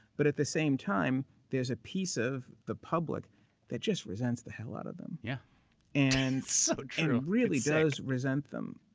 but at the same time, there's a piece of the public that just resents the hell out of them. it yeah and so really does resent them.